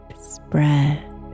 spread